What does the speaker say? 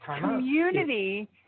community